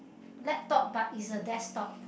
laptop but it's a desktop